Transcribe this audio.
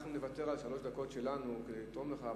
אנחנו נוותר על שלוש דקות שלנו כדי לתרום לך,